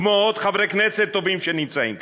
כמו עוד חברי כנסת טובים שנמצאים כאן,